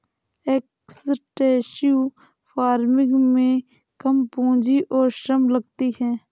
extensive farming में कम पूंजी और श्रम लगती है